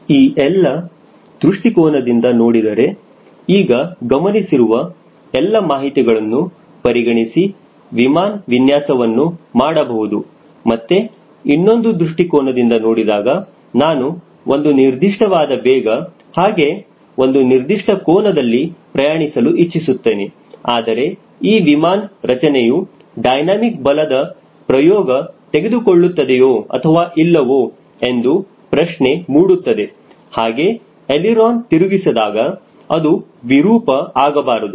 ಈ ಎಲ್ಲ ದೃಷ್ಟಿಕೋನದಿಂದ ನೋಡಿದರೆ ಈಗ ಗಮನಿಸಿರುವ ಎಲ್ಲ ಮಾಹಿತಿಗಳನ್ನು ಪರಿಗಣಿಸಿ ವಿಮಾನ್ ವಿನ್ಯಾಸವನ್ನು ಮಾಡಬಹುದು ಮತ್ತೆ ಇನ್ನೊಂದು ದೃಷ್ಟಿಕೋನದಿಂದ ನೋಡಿದಾಗ ನಾನು ಒಂದು ನಿರ್ದಿಷ್ಟವಾದ ವೇಗ ಹಾಗೆ ಒಂದು ನಿರ್ದಿಷ್ಟ ಕೋನದಲ್ಲಿ ಪ್ರಯಾಣಿಸಲು ಇಚ್ಚಿಸುತ್ತೇನೆ ಆದರೆ ಈ ವಿಮಾನ ರಚನೆಯು ಡೈನಮಿಕ್ ಬಲದ ಪ್ರಯೋಗ ತೆಗೆದುಕೊಳ್ಳುತ್ತದೆಯೋ ಅಥವಾ ಇಲ್ಲವೋ ಎಂದು ಪ್ರಶ್ನೆ ಮೂಡುತ್ತದೆ ಹಾಗೆ ಎಳಿರೋನ ತಿರುಗಿಸಿದಾಗ ಅದು ವಿರೂಪ ಆಗಬಾರದು